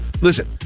listen